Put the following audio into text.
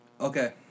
Okay